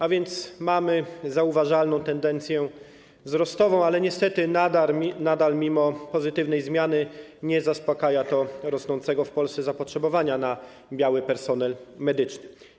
A więc mamy zauważalną tendencję wzrostową, ale niestety nadal mimo pozytywnej zmiany nie zaspokaja to rosnącego w Polsce zapotrzebowania na biały personel medyczny.